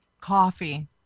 coffee